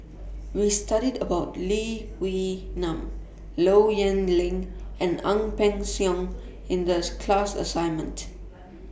We studied about Lee Wee Nam Low Yen Ling and Ang Peng Siong in The class assignment